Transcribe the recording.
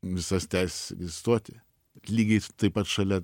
visas teises egzistuoti lygiai taip pat šalia